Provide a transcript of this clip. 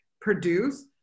produce